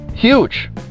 huge